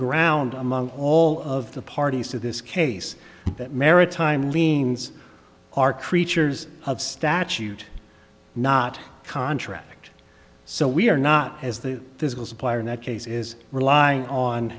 ground among all of the parties to this case that maritime liens are creatures of statute not contract so we are not as the physical supplier in that case is relying on